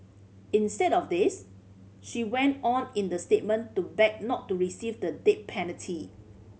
instead of this she went on in the statement to beg not to receive the death penalty